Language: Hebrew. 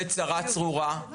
אני לא חושבת שהחברה האזרחית אמונה.